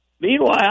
meanwhile